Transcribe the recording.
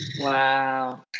Wow